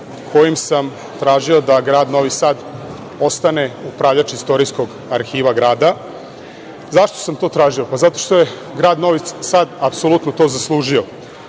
kojim sam tražio da grad Novi Sad ostane upravljač Istorijskog arhiva grada.Zašto sam to tražio? Zato što je grad Novi Sad, apsolutno to zaslužio.